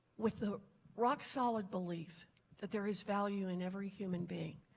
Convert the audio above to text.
with the rocksolid believe that there is value in every human being